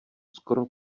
skoro